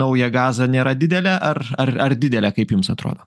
naują gazą nėra didelė ar ar ar didelė kaip jums atrodo